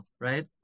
right